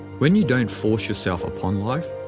when you don't force yourself upon life,